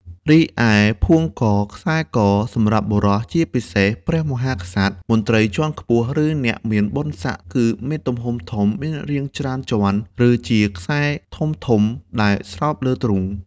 រីឯផួងក/ខ្សែកសម្រាប់បុរស ជាពិសេស ព្រះមហាក្សត្រ មន្ត្រីជាន់ខ្ពស់ ឬអ្នកមានបុណ្យស័ក្តិ គឺមានទំហំធំ មានរាងជាច្រើនជាន់ ឬជាខ្សែធំៗ ដែលស្រោបលើទ្រូង។